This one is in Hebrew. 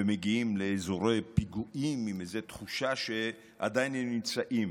ומגיעים לאזורי פיגועים עם איזו תחושה שעדיין הם נמצאים